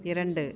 இரண்டு